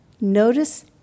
Notice